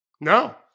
No